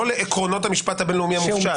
לא לעקרונות המשפט הבין-לאומי המופשט.